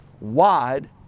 wide